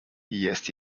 jest